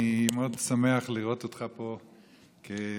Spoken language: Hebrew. אני מאוד שמח לראות אותך פה כיושב-ראש.